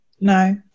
No